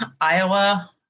Iowa